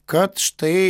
kad štai